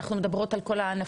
אנחנו מדברות על כל הענפים?